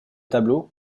tableau